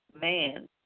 man